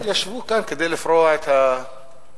ישבו כאן כדי לפרוע את השטר,